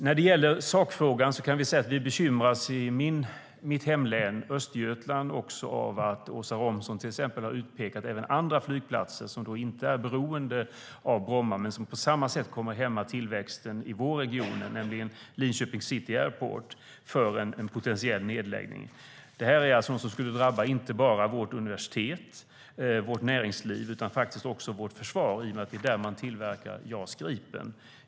När det gäller sakfrågan är vi i mitt hemlän Östergötland bekymrade över att Åsa Romson har utpekat även en annan flygplats, som inte är beroende av Bromma, för en potentiell nedläggning men som på samma sätt kommer att hämma tillväxten i vår region, nämligen Linköping City Airport. Detta är någonting som skulle drabba inte bara vårt universitet och vårt näringsliv utan faktiskt också vårt försvar i och med att det är där som man tillverkar JAS Gripen.